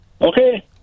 Okay